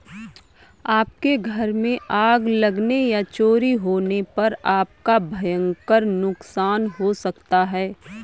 आपके घर में आग लगने या चोरी होने पर आपका भयंकर नुकसान हो सकता है